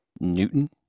Newton